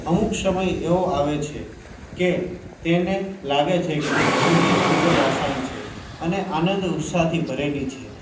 અમુક સમય એવો આવે છે કે તેને લાગે છે કે જીંદગી ખૂબ જ આસાન છે અને આનંદ ઉત્સાહથી ભરેલી છે